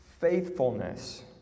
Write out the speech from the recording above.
faithfulness